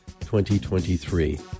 2023